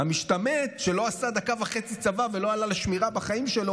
המשתמט שלא עשה דקה וחצי צבא ולא עלה לשמירה בחיים שלו,